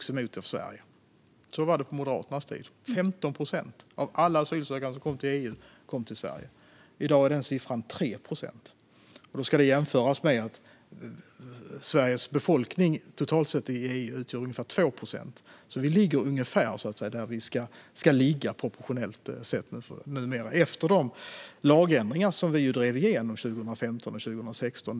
Så var det på Moderaternas tid - 15 procent av alla asylsökande som kom till EU kom till Sverige. I dag är den siffran 3 procent. Då ska det jämföras med att Sveriges befolkning utgör ungefär 2 procent av EU:s befolkning. Vi ligger alltså numera ungefär där vi ska ligga proportionellt sett efter de lagändringar som vi drev igenom 2015 och 2016.